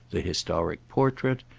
the historic portrait,